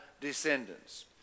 descendants